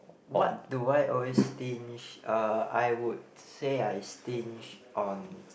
what do I always stinge uh I would say I stinge on